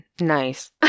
nice